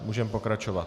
Můžeme pokračovat.